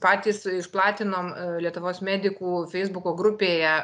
patys išplatinom lietuvos medikų feisbuko grupėje